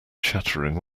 chattering